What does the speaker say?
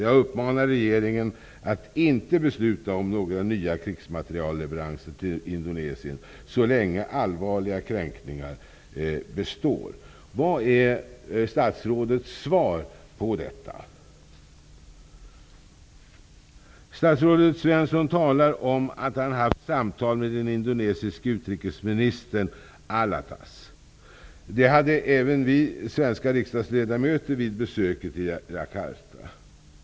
Jag uppmanar regeringen att inte besluta om några nya krigsmaterielleveranser till Indonesien så länge allvarliga kränkningar består. Vad är statsrådets svar på detta? Statsrådet Svensson talar om att han haft samtal med den indonesiske utrikesministern Alatas. Det hade även vi svenska riksdagsledamöter vid besöket i Jakarta.